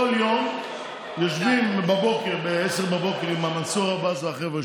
כל יום יושבים ב-10:00 עם מנסור עבאס והחבר'ה